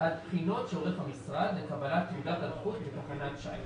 בחינות שעורך המשרד לקבלת תעודת הזכות לתחנת שיט.